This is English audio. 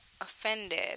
offended